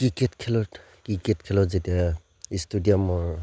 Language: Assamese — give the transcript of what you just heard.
ক্ৰিকেট খেলত ক্ৰিকেট খেলত যেতিয়া ষ্টেডিয়ামৰ